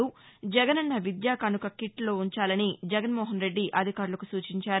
జగనన్న విద్యాకానుక కిట్లో ఉంచాలని జగన్నోహన్రెడ్డి అధికారులకు సూచించారు